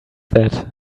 that